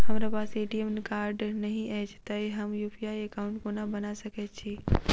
हमरा पास ATM card नहि अछि तए हम यु.पी.आई एकॉउन्ट कोना बना सकैत छी